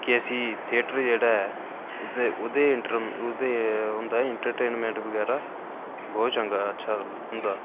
के सी थेटर जेह्ड़ा ऐ उ'त्थें उ'त्थें एंटर उ'त्थें होंदा एंटरटेनमेंट बगैरा बहोत चंगा अच्छा होंदा